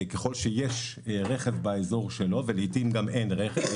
ככל שיש רכב באזור שלו ולעתים גם אין רכב,